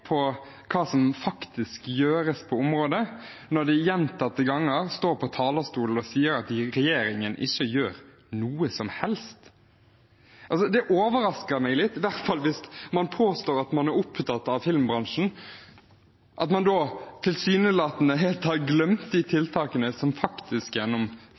på hva som faktisk gjøres på området, når de gjentatte ganger står på talerstolen og sier at regjeringen ikke gjør noe som helst. Det overrasker meg litt, i hvert fall når man påstår at man er opptatt av filmbransjen, og så tilsynelatende helt har glemt de tiltakene som faktisk